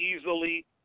easily